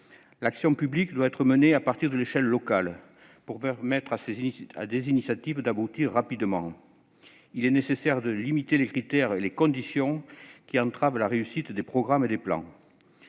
L'action publique doit être menée à partir de l'échelle locale, pour permettre à des initiatives d'aboutir rapidement. Il est nécessaire de limiter les critères et les conditions qui entravent la réussite des programmes et des plans.